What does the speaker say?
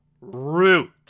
Root